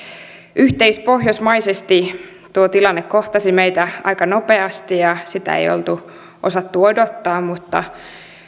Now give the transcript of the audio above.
yhteispohjoismaisesti tuo tilanne kohtasi meitä aika nopeasti ja sitä ei oltu osattu odottaa mutta